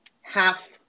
half